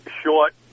short